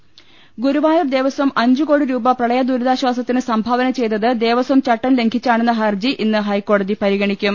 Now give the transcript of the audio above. രദ്ദേഷ്ടങ ഗുരുവായൂർ ദേവസ്വം അഞ്ചുകോടി രൂപ പ്രളയ ദുരിതാശ്വാസത്തിന് സംഭാവന ചെയ്തത് ദേവസ്വം ചട്ടം ലംഘിച്ചാണെന്ന ഹർജി ഇന്ന് ഹൈക്കോ ടതി പരിഗണിക്കും